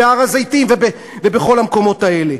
בהר-הזיתים ובכל המקומות האלה,